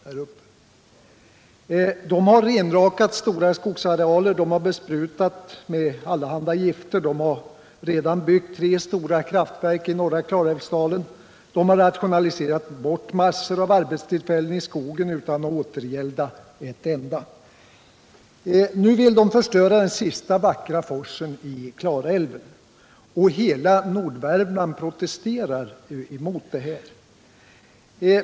Bolaget har renrakat stora skogsarealer, man har besprutat med allehanda gifter, man har redan byggt tre stora kraftverk i Klarälvsdalen, man har rationaliserat bort massor av arbetstillfällen i skogen utan att återgälda ett enda. Nu vill man förstöra den sista vackra forsen i Klarälven. Hela Nordvärmland protesterar mot detta.